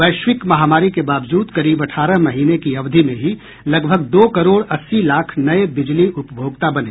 वैश्विक महामारी के बावजूद करीब अठारह महीने की अवधि में ही लगभग दो करोड़ अस्सी लाख नए बिजली उपभोक्ता बने